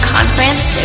Conference